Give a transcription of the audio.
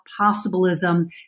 possibilism